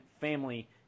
Family